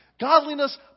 Godliness